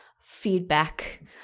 feedback